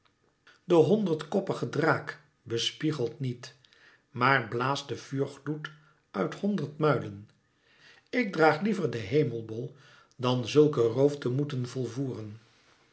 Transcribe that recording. de honderdkoppige draak bespiegelt niet maar blaast den vuurgloed uit honderd muilen ik draag liever den hemelbol dan zulken roof te moeten volvoeren